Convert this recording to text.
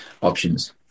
options